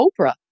Oprah